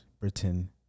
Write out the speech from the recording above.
Britain